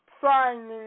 signing